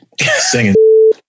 Singing